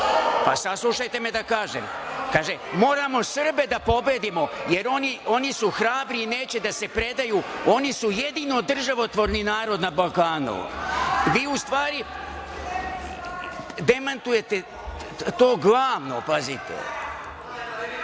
Saslušajte me da kažem. Kaže – moramo Srbe da pobedimo, jer oni su hrabri i neće da se predaju, oni su jedini državotvorni narod na Balkanu. Vi u stvari demantujete to. Prema